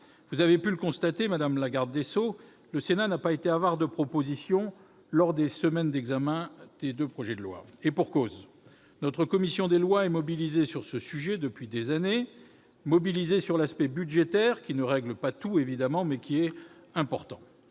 Vous avez pu le constater, madame la garde des sceaux, le Sénat n'a pas été avare de propositions lors des semaines d'examen des deux projets de loi, et pour cause : notre commission des lois est mobilisée sur ce sujet depuis des années, notamment pour ce qui concerne son aspect budgétaire, qui ne règle pas tout, évidemment, mais qui est fondamental.